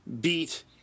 beat